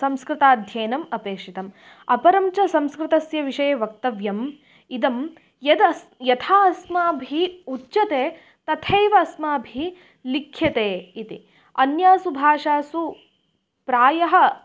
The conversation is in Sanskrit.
संस्कृताध्ययनम् अपेक्षितम् अपरं च संस्कृतस्य विषये वक्तव्यम् इदं यदस्ति यथा अस्माभिः उच्यते तथैव अस्माभिः लिख्यते इति अन्यासु भाषासु प्रायः